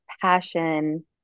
passion